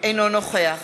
אינו נוכח